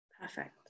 Perfect